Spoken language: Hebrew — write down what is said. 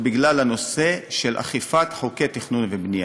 בגלל הנושא של אכיפת חוקי תכנון ובנייה.